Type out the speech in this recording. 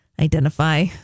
identify